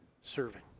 serving